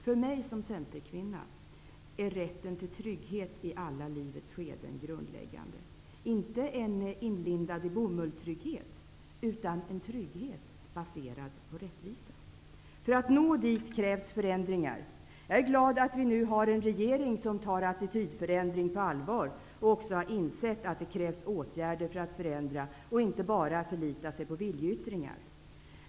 För mig som centerkvinna är rätten till trygghet i alla livets skeden grundläggande -- inte en inlindadi-bomull-trygghet, utan en trygghet baserad på rättvisa. För att nå dit krävs förändringar. Jag är glad att vi nu har en regering som tar attitydförändring på allvar och också har insett att det krävs åtgärder för att förändra och inte bara förlita sig på viljeyttringar.